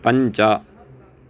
पञ्च